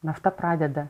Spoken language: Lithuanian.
nafta pradeda